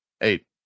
Eight